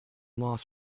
lost